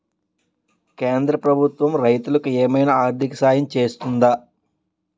కేంద్ర ప్రభుత్వం రైతులకు ఏమైనా ఆర్థిక సాయం చేస్తుందా?